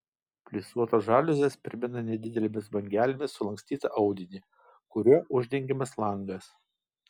plisuotos žaliuzės primena nedidelėmis bangelėmis sulankstytą audinį kuriuo uždengiamas langas